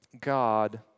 God